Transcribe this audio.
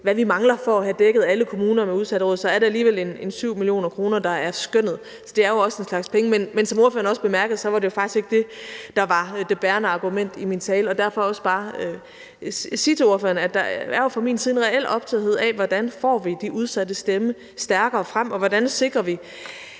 hvad vi mangler for at have dækket alle kommuner med udsatteråd. Det er alligevel ca. 7 mio. kr., der er skønnet. Det er jo også en slags penge. Men som ordføreren også bemærkede, var det jo faktisk ikke det, der var det bærende argument i min tale. Derfor vil jeg også bare sige til ordføreren, at der fra min side er en reel optagethed af, hvordan vi får de udsattes stemme stærkere frem, og hvordan vi sikrer,